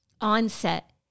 onset